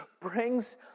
brings